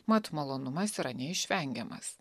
mat malonumas yra neišvengiamas